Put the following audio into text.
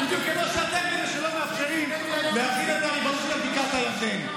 בדיוק כמו שאתם אלה שלא מאפשרים להחיל את הריבונות על בקעת הירדן.